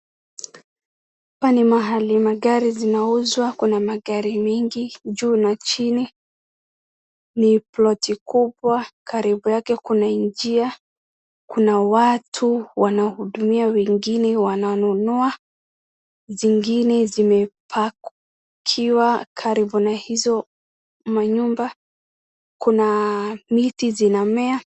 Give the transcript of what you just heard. hapa ni mahali magari zinauzwa , kuna magari mingi juu na chini ni ploti kubwa karibu yake kuna njia kuna watu wanahudumia wawengine wananunua zingine zimepakiwa karibu na hizo manyumba kuna miti zinamea